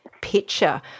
picture